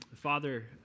Father